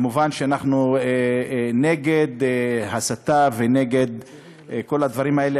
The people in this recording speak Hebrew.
מובן שאנחנו נגד הסתה ונגד כל הדברים האלה,